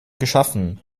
geschaffen